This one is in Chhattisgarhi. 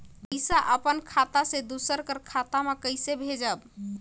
पइसा अपन खाता से दूसर कर खाता म कइसे भेजब?